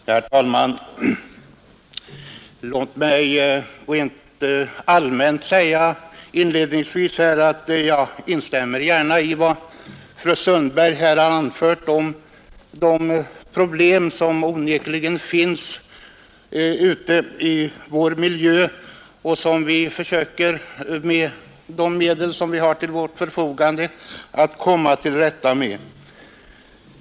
Herr talman! Låt mig rent allmänt inledningsvis få säga att jag gärna instämmer i vad fru Sundberg har anfört om de problem som onekligen finns när det gäller vår miljö och som vi med de medel som vi har till vårt förfogande försöker komma till rätta med.